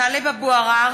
טלב אבו עראר,